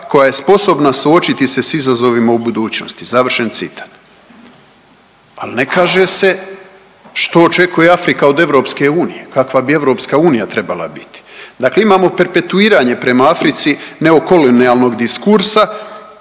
koja je sposobna suočiti se s izazovima u budućnosti, završen citat. Ali ne kaže se što očekuje Afrika od EU, kakva bi EU trebala biti. Dakle imamo perpetuiranje prema Africi neokolonijalnog diskursa